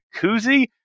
koozie